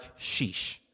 sheesh